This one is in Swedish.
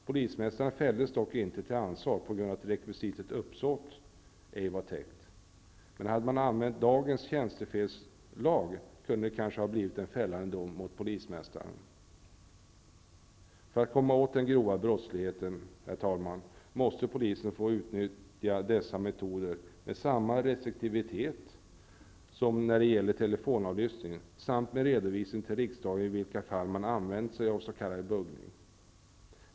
Polismästaren fälldes dock inte på grund av att rekvisitet uppsåt ej var täckt. Hade man däremot använt dagens tjänstefelslag kunde det kanske ha blivit en fällande dom mot polismästaren. Herr talman! För att komma åt den grova brottsligheten måste polisen få utnyttja dessa metoder med samma restriktivitet som när det gäller telefonavlyssning samt med redovisning till riksdagen av i vilka fall man använder sig av s.k. buggning.